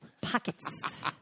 pockets